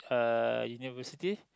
uh university